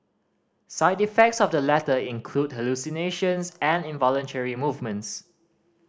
side effects of the latter include hallucinations and involuntary movements